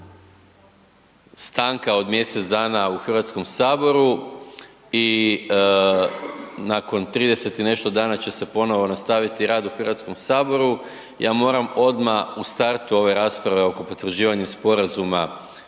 stanka od mjesec dana u HS-u i nakon 30 i nešto dana će se ponovno nastaviti rad u HS-u. Ja moram odmah u startu ove rasprave oko potvrđivanja Sporazuma